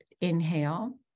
inhale